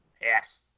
Yes